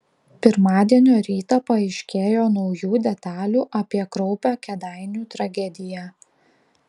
pirmadienio rytą paaiškėjo naujų detalių apie kraupią kėdainių tragediją